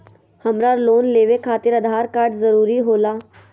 हमरा लोन लेवे खातिर आधार कार्ड जरूरी होला?